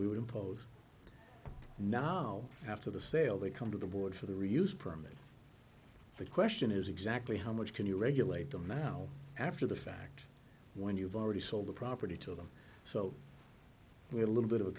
we would impose now after the sale they come to the board for the reuse permit the question is exactly how much can you regulate them now after the fact when you've already sold the property to them so we have a little bit of a